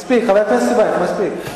מספיק, חבר הכנסת טיבייב, מספיק.